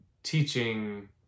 teaching